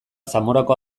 zamorako